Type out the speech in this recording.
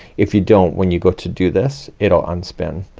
if you don't when you go to do this, it'll unspin.